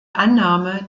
annahme